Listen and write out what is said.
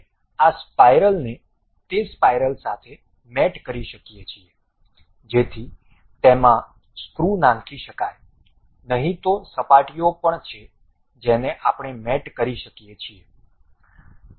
આપણે આ સ્પાઇરલ ને તે સ્પાઇરલ સાથે મેટ કરી શકીએ કે જેથી તેમાં સ્ક્રુ નાખી શકાય નહીં તો સપાટીઓ પણ છે જેને આપણે મેટ કરી શકીએ